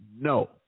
no